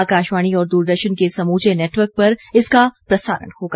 आकाशवाणी और दूरदर्शन के समूचे नेटवर्क पर इसका प्रसारण होगा